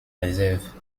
réserves